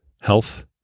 health